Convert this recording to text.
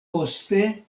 poste